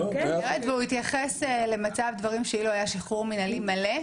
והוא יתייחס למצב הדברים כאילו היה שחרור מנהלי מלא?